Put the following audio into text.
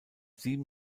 sieben